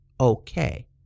okay